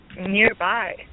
nearby